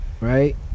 Right